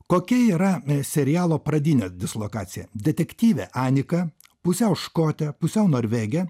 kokia yra serialo pradinė dislokacija detektyvė anika pusiau škotė pusiau norvegė